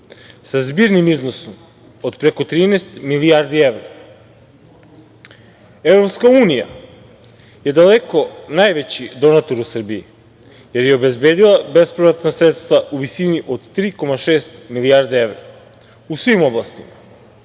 sa zbirnim iznosom od preko 13 milijardi evra. Evropska unija je daleko najveći donator u Srbiji, jer je obezbedila bespovratna sredstva u visini od 3,6 milijardi evra, u svim oblastima,